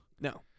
No